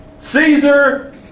Caesar